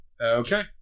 Okay